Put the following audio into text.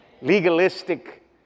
legalistic